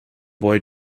boy